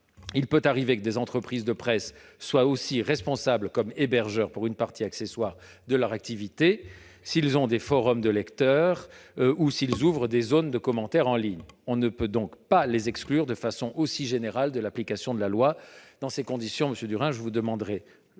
il peut arriver que des entreprises de presse soient aussi responsables, comme hébergeurs, d'une partie accessoire de leur activité, si elles ont des forums de lecteurs ou ouvrent des zones de commentaires en ligne. On ne peut donc pas les exclure de façon aussi générale de l'application de la loi. Dans ces conditions, monsieur Durain, je vous demande